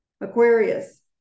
Aquarius